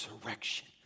resurrection